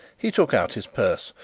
he took out his purse.